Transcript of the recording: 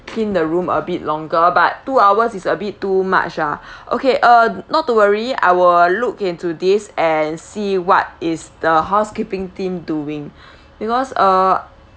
clean the room a bit longer but two hours is a bit too much ah okay uh not to worry I'll look into this and see what is the housekeeping team doing because uh